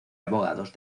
abogados